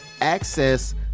access